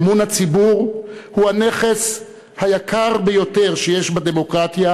אמון הציבור הוא הנכס היקר ביותר שיש בדמוקרטיה,